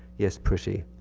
yes, pretty.